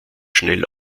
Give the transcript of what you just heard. schnell